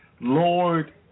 Lord